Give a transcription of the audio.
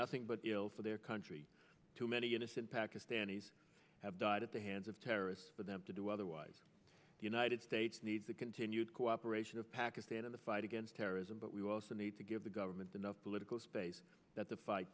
nothing but ill for their country too many innocent pakistanis have died at the hands of terrorists but that to do otherwise the united states needs the continued cooperation of pakistan in the fight against terrorism but we also need to give the government enough political space that the fight